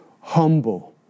humble